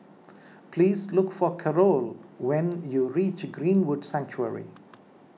please look for Karol when you reach Greenwood Sanctuary